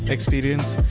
experience,